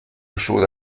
choses